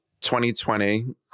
2020